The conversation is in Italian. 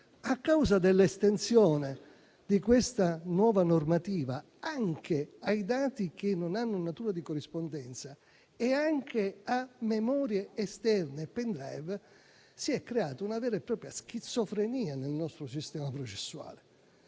A causa dell'estensione di questa nuova normativa anche ai dati che non hanno natura di corrispondenza e anche a memorie esterne e *pen drive*, si è creata una vera e propria schizofrenia nel nostro sistema processuale,